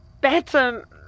better